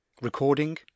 recording